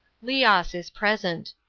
leos is present.